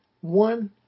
one